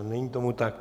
Není tomu tak.